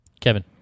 Kevin